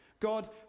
God